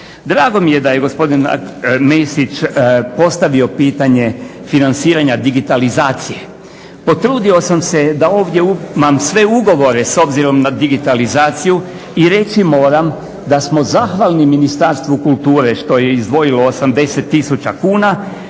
drago mi je da je gospodin Mesić postavio pitanje financiranja digitalizacije. Potrudio sam se da ovdje imam sve ugovore s obzirom na digitalizaciju i reći moram da smo zahvalni Ministarstvu kulture što je izdvojilo 80000 kuna.